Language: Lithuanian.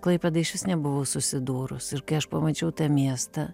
klaipėda išvis nebuvau susidūrus ir kai aš pamačiau tą miestą